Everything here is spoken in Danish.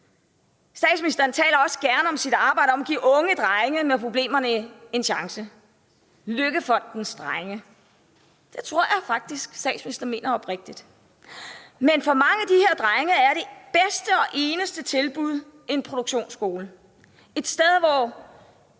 Statsministeren taler også gerne om sit arbejde med at give unge drenge med problemer en chance – LøkkeFondens drenge. Det tror jeg faktisk statsministeren mener oprigtigt. Men for mange af de her drenge er det bedste og eneste tilbud en produktionsskole. Er det et sted, hvor